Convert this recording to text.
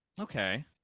Okay